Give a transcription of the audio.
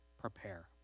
prepare